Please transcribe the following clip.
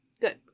Good